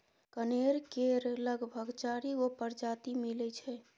कनेर केर लगभग चारि गो परजाती मिलै छै